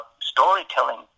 storytelling